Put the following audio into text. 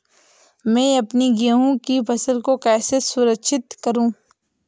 मैं अपनी गेहूँ की फसल को कैसे सुरक्षित करूँ?